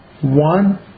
one